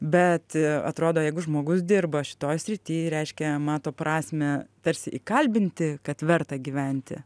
bet atrodo jeigu žmogus dirba šitoj srity reiškia mato prasmę tarsi įkalbinti kad verta gyventi